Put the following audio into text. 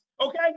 Okay